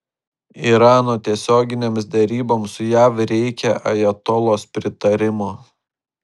irano tiesioginėms deryboms su jav reikia ajatolos pritarimo